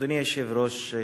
אדוני היושב-ראש,